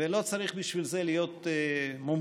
ולא צריך בשביל זה להיות מומחה,